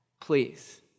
Please